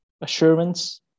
Assurance